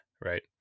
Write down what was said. right